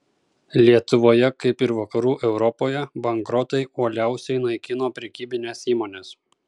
lietuvoje kaip ir vakarų europoje bankrotai uoliausiai naikino prekybines įmones